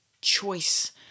choice